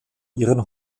ihren